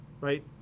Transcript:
right